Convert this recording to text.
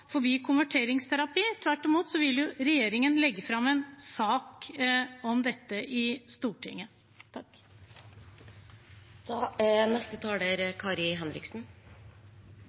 konverteringsterapi. Tvert imot vil regjeringen legge fram en sak om dette i Stortinget.